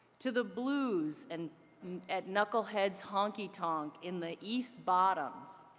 to the blues and at knuckleheads honky tonk in the east bottoms.